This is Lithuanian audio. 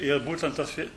ir būtent tas